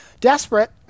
Desperate